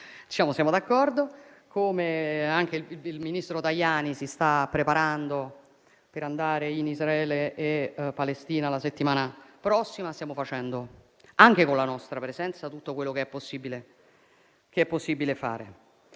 siamo d'accordo), così come anche il ministro Tajani si sta preparando per andare in Israele e in Palestina la settimana prossima. Stiamo facendo, anche con la nostra presenza, tutto quello che è possibile fare.